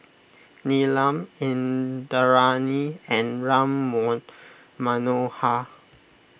Neelam Indranee and Ram Manohar